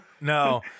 no